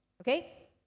Okay